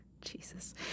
Jesus